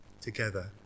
Together